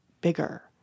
bigger